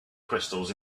crystals